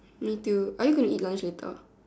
me too are you going to eat lunch later